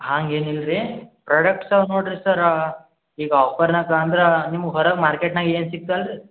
ಹಾಂಗೇನು ಇಲ್ರಿ ಪ್ರಾಡಕ್ಟ್ಸವ ನೋಡ್ರಿ ಸರ್ ಈಗ ಆಫರ್ನಾಗ ಅಂದ್ರಾ ನಿಮ್ಗ ಹೊರಗೆ ಮಾರ್ಕೆಟ್ನಾಗ ಏನು ಸಿಗ್ತ ಅಲ್ರಿ